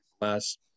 last